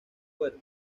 puerto